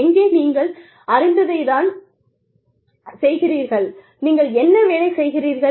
எங்கே நீங்கள் அறிந்ததைத்தான் செய்கிறீர்கள் நீங்கள் என்ன வேலை செய்கிறீர்கள்